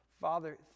Father